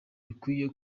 bikwiye